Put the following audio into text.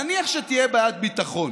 נניח שתהיה בעיית ביטחון,